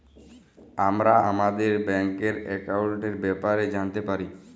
আমরা আমাদের ব্যাংকের একাউলটের ব্যাপারে জালতে পারি